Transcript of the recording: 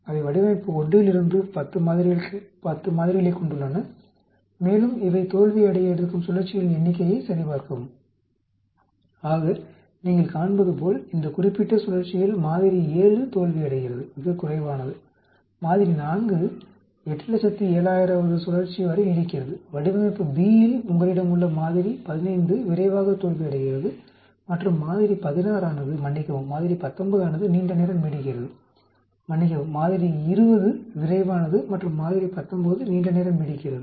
அவை வடிவமைப்பு 1 இலிருந்து 10 மாதிரிகளைக் கொண்டுள்ளன மேலும் இவை தோல்வியடைய எடுக்கும் சுழற்சிகளின் எண்ணிக்கையை சரிபார்க்கவும் ஆக நீங்கள் காண்பதுபோல் இந்த குறிப்பிட்ட சுழற்சியில் மாதிரி 7 தோல்வியடைகிறது மிகக்குறைவானது மாதிரி 4 807000 வது சுழற்சி வரை நீடிக்கிறது வடிவமைப்பு B இல் உங்களிடமுள்ள மாதிரி 15 விரைவாக தோல்வியடைகிறது மற்றும் மாதிரி 16 ஆனது மன்னிக்கவும் மாதிரி 19 ஆனது நீண்ட நேரம் நீடிக்கிறது மன்னிக்கவும் மாதிரி 20 விரைவானது மற்றும் மாதிரி 19 நீண்ட நேரம் நீடிக்கிறது